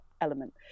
element